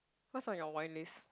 what's on your wine list